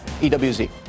EWZ